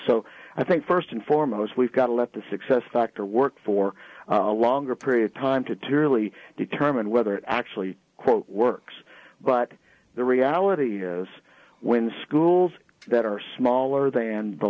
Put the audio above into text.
so i think first and foremost we've got to let the success factor work for a longer period of time to to really determine whether it actually works but the reality is when schools that are smaller than the